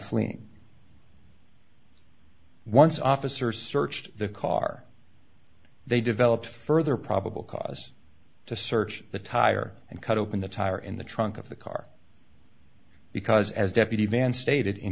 fleeing once officers searched the car they developed further probable cause to search the tire and cut open the tire in the trunk of the car because as deputy van stated in